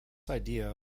idea